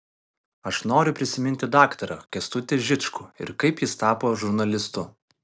aš noriu prisiminti daktarą kęstutį žičkų ir kaip jis tapo žurnalistu